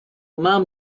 mom